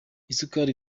isukari